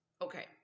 Okay